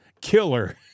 Killer